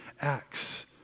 acts